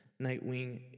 Nightwing